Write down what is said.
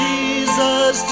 Jesus